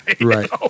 Right